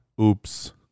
Oops